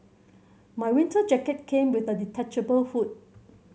my winter jacket came with a detachable hood